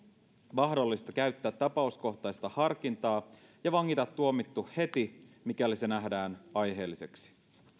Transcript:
mahdollista käyttää tapauskohtaista harkintaa ja vangita tuomittu heti mikäli se nähdään aiheelliseksi